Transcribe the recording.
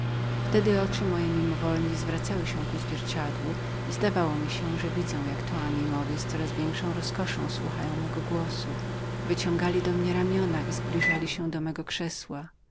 wtedy oczy moje mimowolnie zwracały się ku zwierciadłu i zdawało mi się że widziałam jak taminowie z coraz większą roskoszą słuchali mego głosu wyciągali do mnie ramiona zbliżali się do mego krzesła